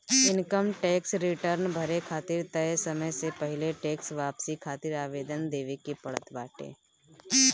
income tax return भरे खातिर तय समय से पहिले टेक्स वापसी खातिर आवेदन देवे के पड़त बाटे